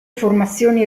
formazioni